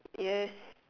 yes